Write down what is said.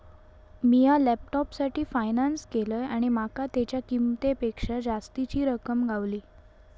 मिया लॅपटॉपसाठी फायनांस केलंय आणि माका तेच्या किंमतेपेक्षा जास्तीची रक्कम गावली